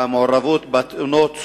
המעורבות בתאונות